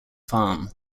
farm